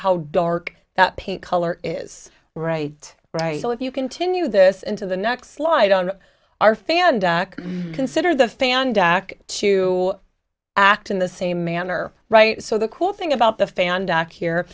how dark the paint color is right right so if you continue this into the next light on our fandom consider the fan dock to act in the same manner right so the cool thing about the fan dock here